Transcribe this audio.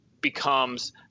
becomes